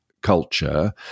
culture